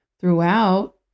Throughout